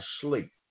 sleep